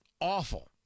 awful